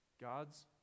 God's